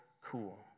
cool